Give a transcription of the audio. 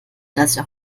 dass